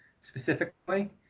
specifically